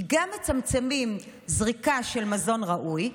כי גם מצמצמים זריקה של מזון ראוי,